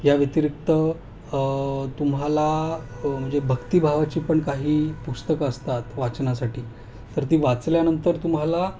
या व्यतिरिक्त तुम्हाला म्हणजे भक्तिभावाची पण काही पुस्तकं असतात वाचनासाठी तर ती वाचल्यानंतर तुम्हाला